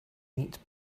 eats